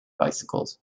bicycles